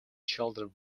children